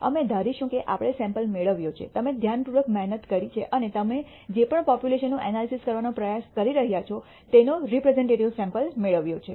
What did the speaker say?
અમે ધારીશું કે આપણે સૈમ્પલ મેળવ્યો છે તમે ધ્યાનપૂર્વક મહેનત કરી છે અને તમે જે પણ પોપ્યુલેશનનું એનાલિસિસ કરવાનો પ્રયાસ કરી રહ્યાં છો તેનો રેપ્રેઝન્ટટિવ સૈમ્પલ મેળવ્યો છે